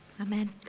Amen